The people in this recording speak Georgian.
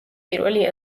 პირველი